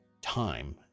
time